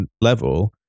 level